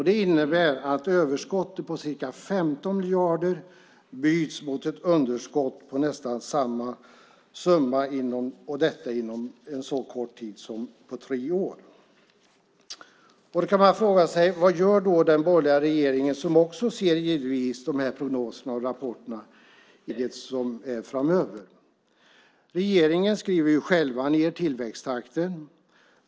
Det innebär att överskottet på ca 15 miljarder byts mot ett underskott på nästan samma summa på en så kort tid som tre år. Vad gör den borgerliga regeringen framöver, som givetvis också ser prognoserna och rapporterna? Regeringen skriver själv ned tillväxttakten.